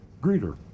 greeter